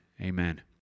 Amen